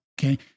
okay